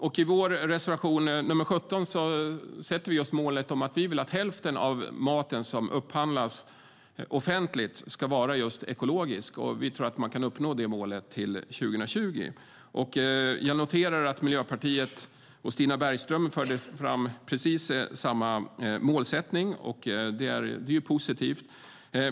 I vår reservation 17 skriver vi att vårt mål är att hälften av den mat som upphandlas offentligt ska vara just ekologisk. Vi tror att man kan uppnå detta mål till 2020. Jag noterar att Stina Bergström från Miljöpartiet förde fram precis samma målsättning, vilket är positivt.